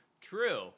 true